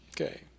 Okay